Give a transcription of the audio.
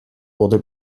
wurde